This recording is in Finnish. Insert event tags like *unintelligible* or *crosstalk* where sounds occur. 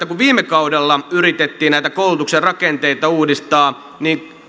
*unintelligible* kun viime kaudella yritettiin näitä koulutuksen rakenteita uudistaa niin